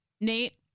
Nate-